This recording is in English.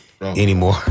anymore